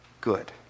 good